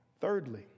Thirdly